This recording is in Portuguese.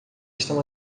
estão